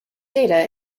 data